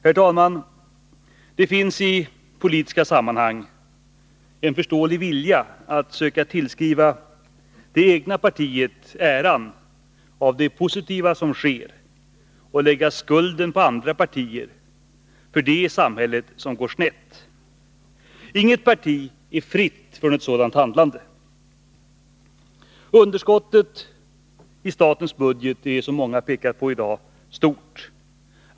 Herr talman! Det finns i politiska sammanhang en förståelig vilja att söka tillskriva det egna partiet äran av det positiva som sker och lägga skulden på andra partier för det i samhället som går snett. Inget parti är fritt från ett sådant handlande. Underskottet i statens budget är, som många i dag pekar på, stort.